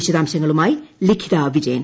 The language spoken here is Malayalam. വിശദാംശങ്ങളുമായി ലിഖിത വിജയൻ